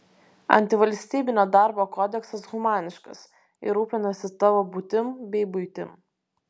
antivalstybinio darbo kodeksas humaniškas ir rūpinasi tavo būtim bei buitim